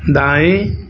दाएं